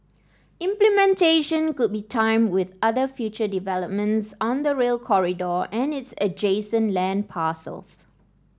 implementation could be timed with other future developments on the Rail Corridor and its adjacent land parcels